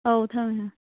ꯑꯧ ꯊꯝꯃꯦ ꯊꯝꯃꯦ